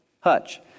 Hutch